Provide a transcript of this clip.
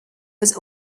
was